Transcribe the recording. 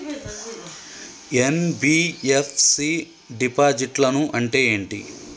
NBFC డిపాజిట్లను అంటే ఏంటి?